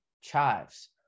Chives